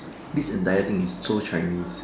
this entire thing is so Chinese